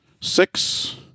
Six